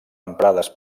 emprades